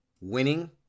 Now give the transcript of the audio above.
winning